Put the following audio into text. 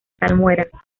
salmuera